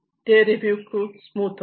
ते रिव्यू खूप स्मूथ होते